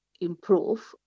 improve